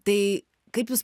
tai kaip jūs